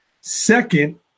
Second